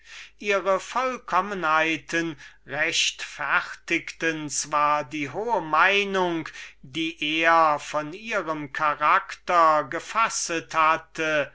ihre vollkommenheiten rechtfertigten zwar die hohe meinung die er von ihrem charakter gefasset hatte